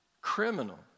criminal